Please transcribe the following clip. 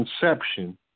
conception